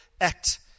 act